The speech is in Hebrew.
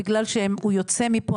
בגלל שהוא יוצא מפה.